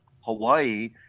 Hawaii